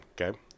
Okay